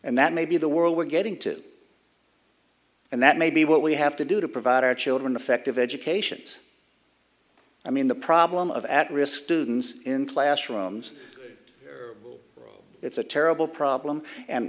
and that may be the world we're getting to and that may be what we have to do to provide our children effective educations i mean the problem of at risk students in classrooms it's a terrible problem